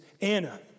Anna